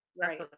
right